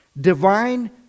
Divine